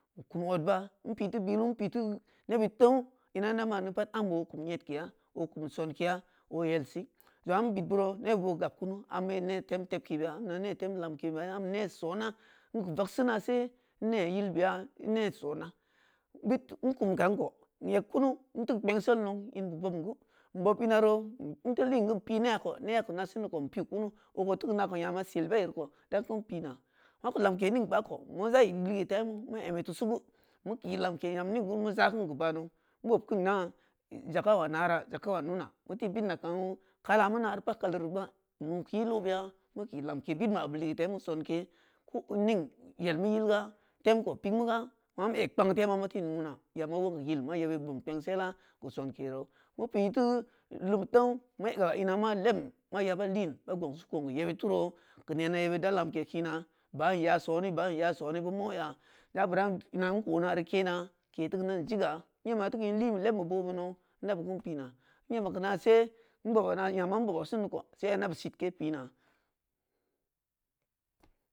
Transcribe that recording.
Kum ordba npi tubillo npi tu nebid teuu nna jnda madu pat timbe okum dke ya okum sonkeya oyelsi, zong aā nbidbru ne bu kabkunu un yo ne tem tepkebeya cum yo ne tem lemke ibeya, cum yo ne sona nki vax si nasen nne yilbeya n ne sona bid nkum kan koo nye kunu nti ku pnenselneu nbu bogkun nbob ina rou nti tiin gu n pi neeko, neebu nasindo n piu kunu oko tuku nako nyama selbeire ko dan kum pina mako lamke ning gbaako mu zayi ligutemu mu emi tusu gu muƙii lamke nyan ning gu mu zakim gu ba nou ma kun nna zaka ulaa naara, zaka ulaa nuna, muti bitna kpangnu kalo mu na’ reu bad koleureugba nuu ki yil oobeya mu koo ko in ning yel mu yilga, tem ko pikmago ma ma eg kpangneu tema muti in nuna yamo uleun yil ma yebyeb bobun kpengsela ko senke roo mu pi teu lumu teung mu gab ina maa lebun ma yabo liin ba gongsu ko’n yibbid tu roo geu neeno yebbid deu lauke kina baa nyaa soni baa nyaa soni bu moya ya buran ano n ko naare kena ke tikuun ziga, n nyema teugeu in linbe lebun bu boobe nou nabu kin pi’na n ngema geunase nbaba na nyama n boba sinneu ƙo sai yaneu bu sitke pina.